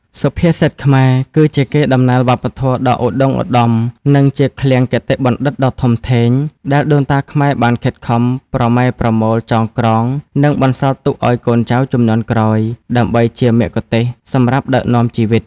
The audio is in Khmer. សុភាសិតខ្មែរ គឺជាកេរដំណែលវប្បធម៌ដ៏ឧត្តុង្គឧត្តម និងជាឃ្លាំងគតិបណ្ឌិតដ៏ធំធេង ដែលដូនតាខ្មែរបានខិតខំប្រមែប្រមូលចងក្រង និងបន្សល់ទុកឲ្យកូនចៅជំនាន់ក្រោយ ដើម្បីជាមគ្គុទ្ទេសក៍សម្រាប់ដឹកនាំជីវិត។